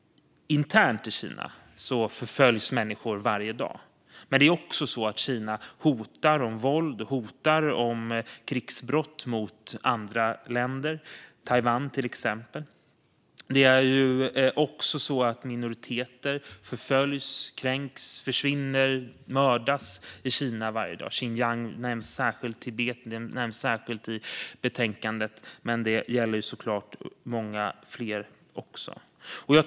Internt i Kina förföljs människor varje dag. Men det är också så att Kina hotar om våld och krigsbrott mot andra länder. Det gäller till exempel Taiwan. Minoriteter förföljs, kränks, försvinner och mördas i Kina varje dag. Xinjiang och Tibet nämns särskilt i betänkandet. Men det gäller såklart många fler.